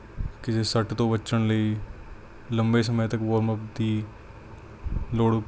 ਕਿ ਜੇ ਕਿਸੇ ਸੱਟ ਤੋਂ ਬਚਣ ਲਈ ਲੰਬੇ ਸਮੇਂ ਤੱਕ ਵੋਰਮ ਅੱਪ ਦੀ ਲੋੜ